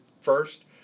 first